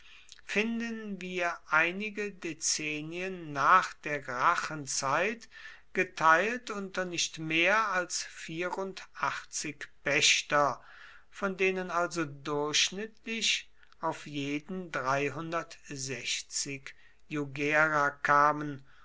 finden wir einige dezennien nach der gracchenzeit geteilt unter nicht mehr als pächter von denen also durchschnittlich auf jeden jugera kamen